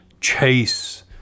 chase